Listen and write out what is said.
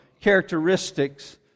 characteristics